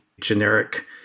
generic